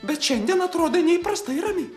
bet šiandien atrodai neįprastai rami